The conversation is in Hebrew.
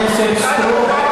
חברת הכנסת סטרוק,